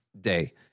day